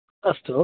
अस्तु